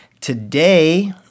today